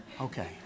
Okay